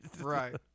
Right